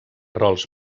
rols